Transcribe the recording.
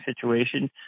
situation